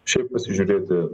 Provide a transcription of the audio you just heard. šiaip pasižiūrėti